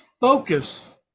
focus